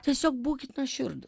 tiesiog būkite nuoširdūs